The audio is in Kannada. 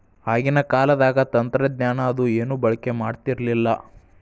ಆಗಿನ ಕಾಲದಾಗ ತಂತ್ರಜ್ಞಾನ ಅದು ಏನು ಬಳಕೆ ಮಾಡತಿರ್ಲಿಲ್ಲಾ